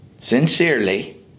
Sincerely